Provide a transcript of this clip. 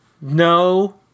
No